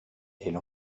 elle